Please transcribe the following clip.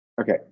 Okay